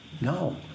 No